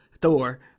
Thor